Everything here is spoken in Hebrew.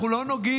אנחנו לא נוגעים.